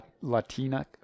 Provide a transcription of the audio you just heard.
latina